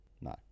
No